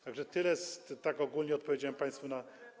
Tak że tyle tak ogólnie odpowiedziałem państwu na.